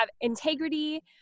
integrity